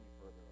further